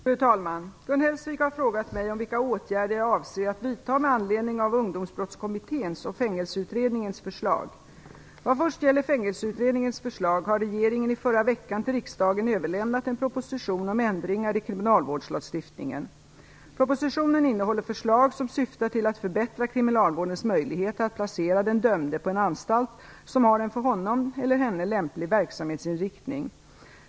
Fru talman! Gun Hellsvik har frågat mig vilka åtgärder jag avser vidta med anledning av Vad först gäller Fängelseutredningens förslag har regeringen i förra veckan till riksdagen överlämnat en proposition om ändringar i kriminalvårdslagstiftningen. Propositionen innehåller förslag som syftar till att förbättra kriminalvårdens möjligheter att placera den dömde på en anstalt som har en för honom eller henne lämplig verksamhetsinriktning.